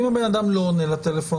אם הבן אדם לא עונה לטלפון?